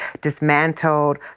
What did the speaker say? dismantled